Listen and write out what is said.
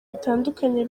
bitandukanye